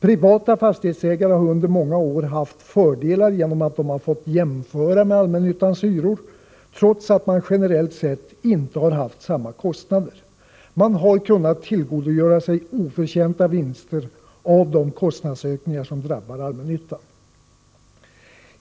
Privata fastighetsägare har under många år haft fördelar genom att de fått jämföra med allmännyttans hyror, trots att man generellt sett inte har haft samma kostnader. Man har kunnat tillgodogöra sig oförtjänta vinster av de kostnadsökningar som drabbat allmännyttan.